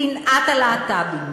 שנאת הלהט"בים,